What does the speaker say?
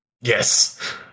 Yes